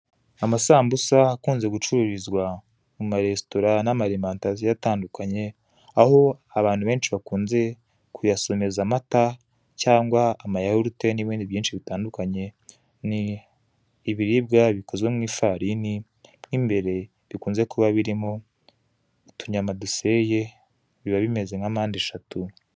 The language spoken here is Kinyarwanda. Amasambusa akunze gucururizwa mu maresitora n'amarimantasiyo atandukanye, aho abantu benshi bakunze kuyasomeza amata cyangwa amayahurute n'ibindi byinshi bitandukanye, ni ibiribwa bikozwe mu ifarini mu imbere bikunze kuba birimo utunyama duseye, biba bimeze nka mpande eshatu.